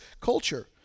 culture